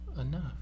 enough